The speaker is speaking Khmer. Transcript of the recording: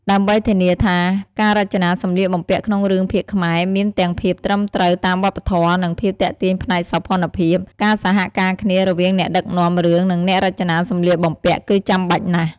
ដើម្បីធានាថាការរចនាសម្លៀកបំពាក់ក្នុងរឿងភាគខ្មែរមានទាំងភាពត្រឹមត្រូវតាមវប្បធម៌ និងភាពទាក់ទាញផ្នែកសោភ័ណភាព ការសហការគ្នារវាងអ្នកដឹកនាំរឿងនឹងអ្នករចនាសម្លៀកបំពាក់គឺចាំបាច់ណាស់ ។